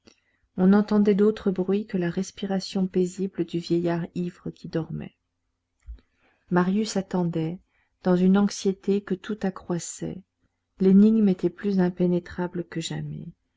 on n'entendait d'autre bruit que la respiration paisible du vieillard ivre qui dormait marius attendait dans une anxiété que tout accroissait l'énigme était plus impénétrable que jamais